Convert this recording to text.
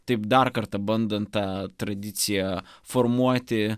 taip dar kartą bandant tą tradiciją formuoti